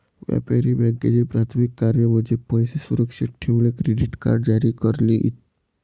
व्यापारी बँकांचे प्राथमिक कार्य म्हणजे पैसे सुरक्षित ठेवणे, क्रेडिट कार्ड जारी करणे इ